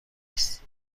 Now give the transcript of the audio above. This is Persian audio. است